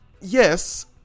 yes